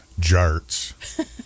jarts